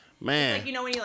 Man